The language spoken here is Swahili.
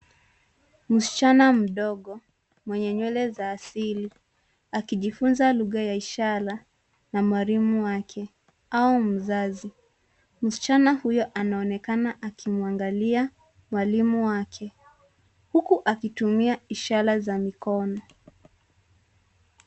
Msichana mdogo mwenye nywele za asili akijifunza lugha ya ishara na mwalimu wake au mzazi. Msichana huyo anaonekana akimwangalia mwalimu wake huku akitumia ishara za mikono.